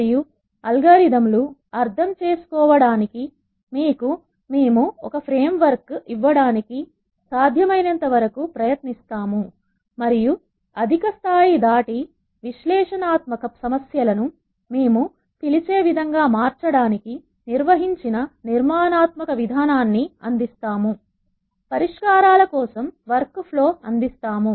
కాబట్టి ఇది చాలా కాలంగా ప్రయత్నం చేయనీ డాటా ఎనలిటిక్స్ నేర్చుకోవాలని అనుకునే వ్యక్తుల కోసం అయినప్పటికీ ఇది ప్రారంభకులకు డేటా విశ్లేషణ కోర్స్ అని మేము చెబుతున్నప్పుడు ఇది ఇప్పటికీ గణనీయమైన మొత్తంలో గణిత శాస్త్ర భావనలు మరియు మనం బోధించాల్సిన మరింత సంభావిత ఆలోచనలు